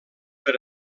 per